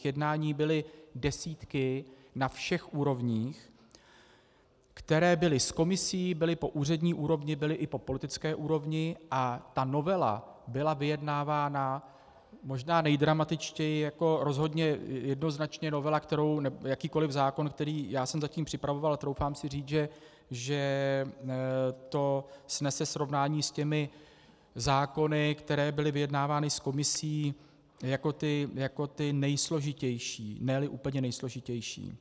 Jednání byly desítky na všech úrovních, která byla s Komisí, byla po úřední úrovni, byla i po politické úrovni a novela byla vyjednávána možná nejdramatičtěji jako rozhodně jednoznačně novela, kterou jakýkoliv zákon, který já jsem zatím připravoval, a troufám si říct, že to snese srovnání se zákony, které byly vyjednávány s Komisí jako nejsložitější, neli úplně nejsložitější.